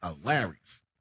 hilarious